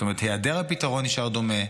זאת אומרת, היעדר הפתרון נשאר דומה,